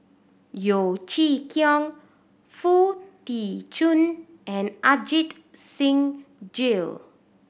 Yeo Chee Kiong Foo Tee Jun and Ajit Singh Gill